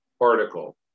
article